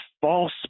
false